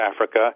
Africa